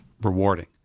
rewarding